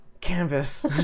canvas